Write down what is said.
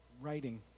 writing